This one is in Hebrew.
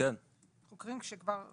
חוקרים שכבר עובדים?